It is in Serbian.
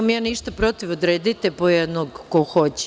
Nemam ništa protiv, odredite po jednog, ko hoće.